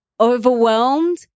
overwhelmed